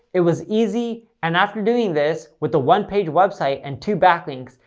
it was easy, and after doing this, with a one-page website and two backlinks,